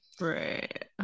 right